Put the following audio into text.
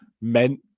meant